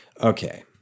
Okay